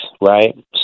right